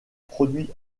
produits